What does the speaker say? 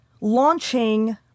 launching